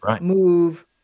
move